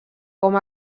com